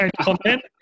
content